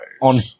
On